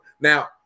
now